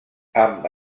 amb